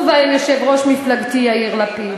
ובהם יושב-ראש מפלגתי יאיר לפיד.